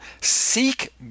seek